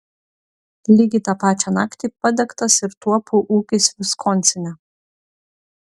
lygiai tą pačią naktį padegtas ir tuopų ūkis viskonsine